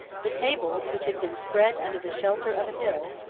the tables, which had been spread under the shelter of a hill,